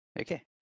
Okay